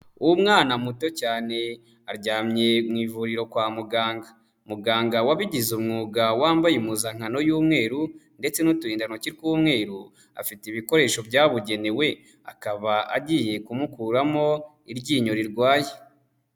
Umwana muto cyane aryamye mu ivuriro kwa muganga. Muganga wabigize umwuga wambaye impuzankano y'umweru ndetse n'uturindantoki tw'umweru, afite ibikoresho byabugenewe akaba agiye kumukuramo iryinyo rirwaye.